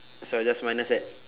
so I just minus that